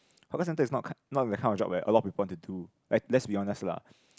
hawker centre is not ki~ not that kind of job where a lot people want to do like let's be honest lah